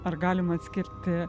ar galim atskirti